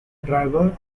driver